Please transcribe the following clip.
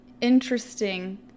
interesting